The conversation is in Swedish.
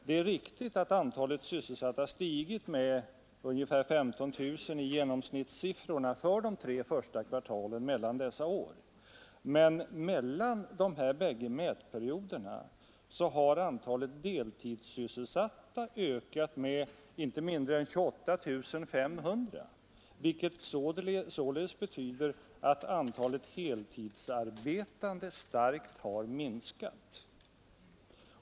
Det är riktigt att antalet sysselsatta stigit med ungefär 15 000 i genomsnitt mellan de tre första kvartalen dessa år, men mellan dessa bägge mätperioder har antalet deltidssysselsatta ökat med inte mindre än 28 500, vilket således betyder att antalet heltidsarbetande starkt har minskat.